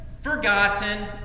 forgotten